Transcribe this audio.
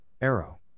Arrow